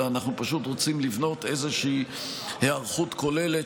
אלא אנחנו פשוט רוצים לבנות איזושהי היערכות כוללת,